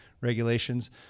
regulations